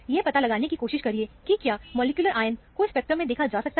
यह पता लगाने की कोशिश करिए कि क्या मॉलिक्यूलर आयन को स्पेक्ट्रम में देखा जाता है